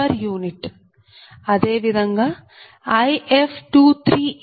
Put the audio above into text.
u అదే విధంగా If23 j1